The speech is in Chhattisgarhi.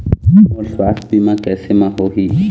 मोर सुवास्थ बीमा कैसे म होही?